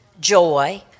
joy